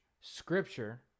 Scripture